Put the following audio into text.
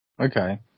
Okay